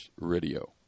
radio